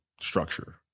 structure